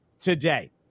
today